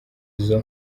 izo